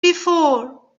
before